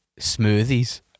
smoothies